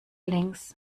links